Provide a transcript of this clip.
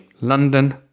London